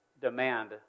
demand